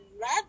love